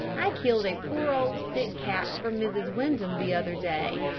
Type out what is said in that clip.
i killed a poor old sick cat for mrs. windham the other day.